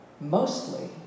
mostly